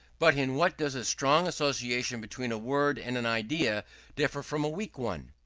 but in what does a strong association between a word and an idea differ from a weak one?